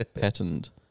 patented